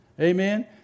Amen